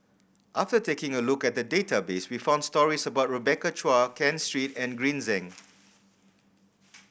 after taking a look at the database we found stories about Rebecca Chua Ken Seet and Green Zeng